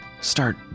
start